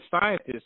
scientists